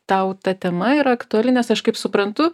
tau ta tema yra aktuali nes aš kaip suprantu